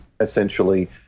essentially